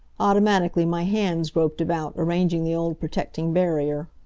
automatically my hands groped about, arranging the old protecting barrier.